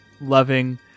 loving